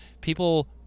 people